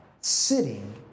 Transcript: sitting